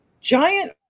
giant